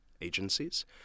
agencies